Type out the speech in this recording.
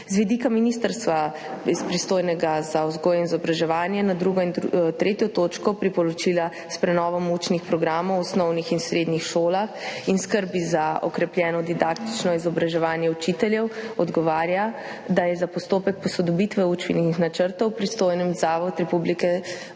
Z vidika ministrstva, pristojnega za vzgojo in izobraževanje, na 2. in 3. točko priporočila za prenovo učnih programov v osnovnih in srednjih šolah in skrb za okrepljeno didaktično izobraževanje učiteljev to odgovarja, da je za postopek posodobitve učnih načrtov pristojen Zavod Republike